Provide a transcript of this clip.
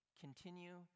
Continue